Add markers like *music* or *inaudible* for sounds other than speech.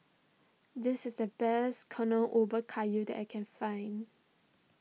this is the best *unintelligible* Ubi Kayu that I can find